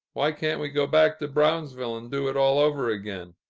why can't we go back to brownsville, and do it all over again?